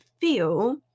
feel